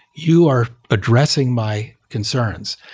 you are addressing my concerns.